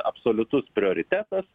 absoliutus prioritetas